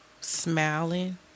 smiling